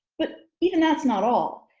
but even that's not all.